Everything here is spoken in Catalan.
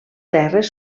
terres